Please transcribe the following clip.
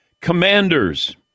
Commanders